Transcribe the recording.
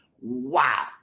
Wow